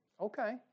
Okay